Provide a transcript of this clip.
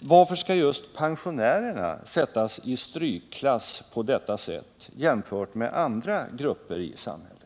Varför skulle just pensionärerna sättas i strykklass på detta sätt jämfört med andra grupper i samhället?